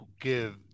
give